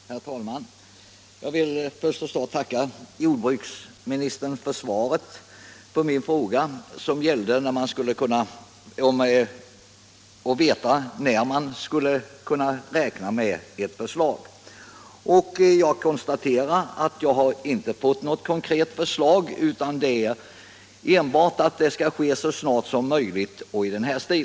Herr talman! Jag vill först tacka jordbruksministern för svaret på min fråga, som gällde när man kan räkna med ett förslag. Jag kan konstatera att jag inte har fått något konkret förslag utan enbart ett löfte om att det skall komma så snart som möjligt.